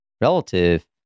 relative